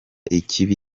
ikibi